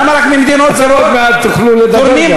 עוד מעט תוכלו לדבר גם.